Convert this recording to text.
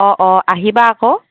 অঁ অঁ আহিবা আকৌ